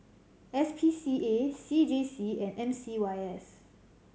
S P C A C J C and M C Y S